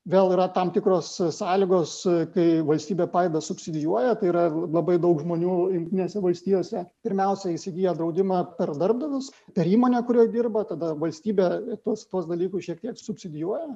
vėl yra tam tikros sąlygos kai valstybė padeda subsidijuoja tai yra labai daug žmonių jungtinėse valstijose pirmiausia įsigyja draudimą per darbdavius per įmonę kurioj dirba tada valstybė tuos tuos dalykus šiek tiek subsidijuoja